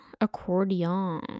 accordion